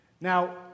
Now